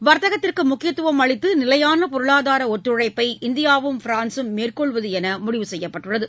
வர்த்தகத்திற்கு முக்கியத்துவம் அளித்து நிலையான பொருளாதார ஒத்துழைப்பை இந்தியாவும் பிரான்ஸும் மேற்கொள்வது என முடிவு செய்யப்பட்டுள்ளது